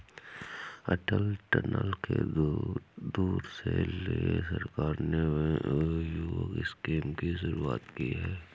अटल tunnel के tour के लिए सरकार ने युवक स्कीम की शुरुआत की है